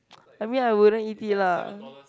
I mean I wouldn't eat it lah